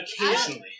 occasionally